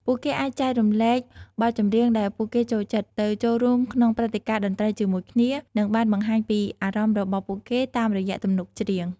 ពួកគេអាចចែករំលែកបទចម្រៀងដែលពួកគេចូលចិត្ត ទៅចូលរួមក្នុងព្រឹត្តិការណ៍តន្ត្រីជាមួយគ្នា និងបានបង្ហាញពីអារម្មណ៍របស់ពួកគេតាមរយៈទំនុកច្រៀង។